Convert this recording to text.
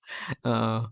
oh